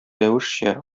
рәвешчә